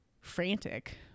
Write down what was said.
frantic